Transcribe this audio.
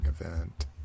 event